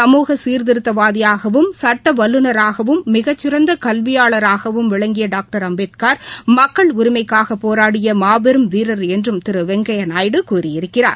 சமூக சீர்திருத்தவாதியாகவும் சட்ட வல்லுநராகவும் மிகச்சிறந்த கல்வியாளராகவும் விளங்கிய டாக்டர் அம்பேத்கர் மக்கள் உரிமைக்காக போராடிய மாபெரும் வீரர் என்றும் திரு வெங்கைபா நாயுடு கூறியிருக்கிறார்